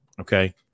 Okay